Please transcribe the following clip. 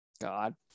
God